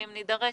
ואם נידרש,